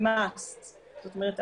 זאת אומרת,